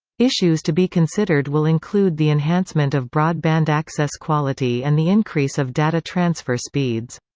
issues to be considered will include the enhancement of broadband access quality and the increase of data-transfer speeds.